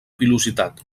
pilositat